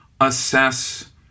assess